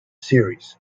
series